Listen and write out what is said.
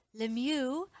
Lemieux